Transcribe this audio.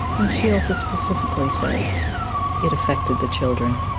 and she also specifically says it affected the children